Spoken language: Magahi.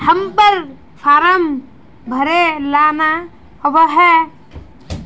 हम्मर फारम भरे ला न आबेहय?